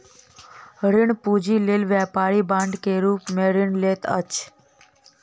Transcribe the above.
ऋण पूंजी लेल व्यापारी बांड के रूप में ऋण लैत अछि